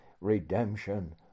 redemption